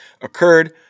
occurred